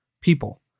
people